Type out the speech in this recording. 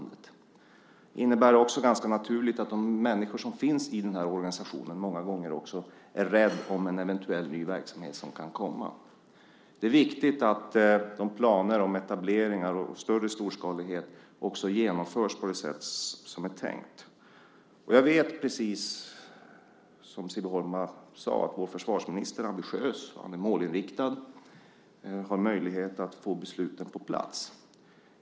Det innebär också, ganska naturligt, att de människor som finns i den här organisationen många gånger också är måna om en eventuell ny verksamhet som kan komma. Det är viktigt att de planer på etableringar och mer storskalighet som finns också genomförs på det sätt som är tänkt. Jag vet att vår försvarsminister är ambitiös, precis som Siv Holma sade. Han är målinriktad och har möjlighet att få besluten på plats.